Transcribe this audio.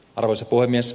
arvoisa puhemies